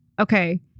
Okay